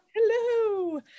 Hello